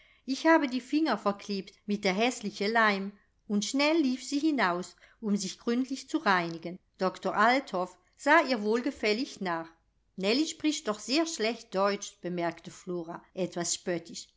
ich habe die finger verklebt mit der häßliche leim und schnell lief sie hinaus um sich gründlich zu reinigen doktor althoff sah ihr wohlgefällig nach nellie spricht doch sehr schlecht deutsch bemerkte flora etwas spöttisch